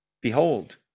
Behold